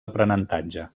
aprenentatge